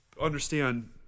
understand